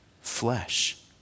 flesh